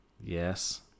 Yes